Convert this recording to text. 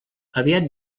aviat